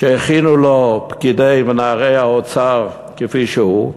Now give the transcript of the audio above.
שהכינו לו פקידי ונערי האוצר כפי שהוא.